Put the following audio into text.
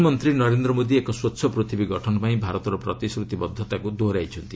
ପ୍ରଧାନମନ୍ତ୍ରୀ ନରେନ୍ଦ୍ର ମୋଦି ଏକ ସ୍ୱଚ୍ଛ ପ୍ରିଥିବୀ ଗଠନପାଇଁ ଭାରତର ପ୍ରତିଶ୍ରତିବଦ୍ଧତାକୁ ଦୋହରାଇଛନ୍ତି